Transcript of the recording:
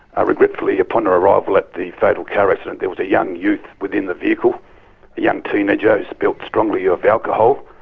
ah regretfully upon her arrival at the fatal car accident there was a young youth within the vehicle, a young teenager who smelled strongly of alcohol,